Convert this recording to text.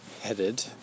headed